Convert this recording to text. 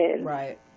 Right